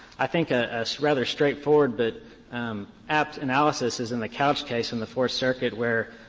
i think a rather straightforward but apt analysis is in the couch case in the fourth circuit, where